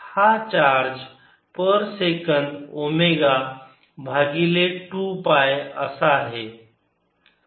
हा charge per second omega भागिले 2 pi असा आहे